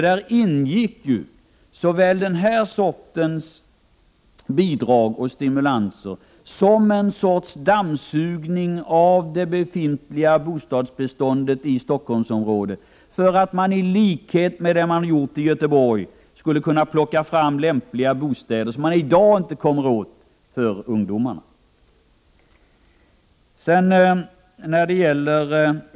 Däri ingick såväl den sorts bidrag och stimulanser som jag nu har nämnt som ett slags dammsugning av det befintliga bostadsbeståndet i Stockholmsområdet, i likhet med den man har gjort i Göteborg för att plocka fram för ungdomarna lämpliga bostäder som man i dag inte kommer åt.